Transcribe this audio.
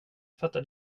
fattar